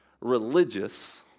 religious